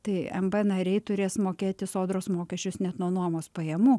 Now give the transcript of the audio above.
tai mb nariai turės mokėti sodros mokesčius net nuo nuomos pajamų